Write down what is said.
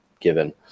given